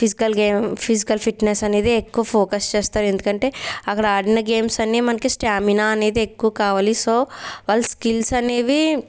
physical game physical fitness అనేదే ఎక్కువ focus చేస్తారు ఎందుకంటే అక్కడ ఆడిన గేమ్స్ అన్ని మనకి స్టామినా అనేది ఎక్కువ కావాలి సో వాళ్ళు స్కిల్స్ అనేవి